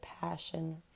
passion